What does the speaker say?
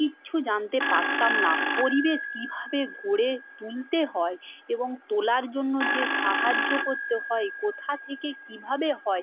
কিচ্ছু জানতে পারতাম না পরিবেশ কীভাবে গড়ে তুলতে হয় এবং তোলার জন্য যে সাহায্য করতে হয় কোথা থেকে কীভাবে হয়